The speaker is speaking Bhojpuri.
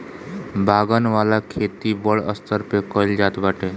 बागन वाला खेती बड़ स्तर पे कइल जाता बाटे